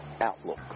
outlook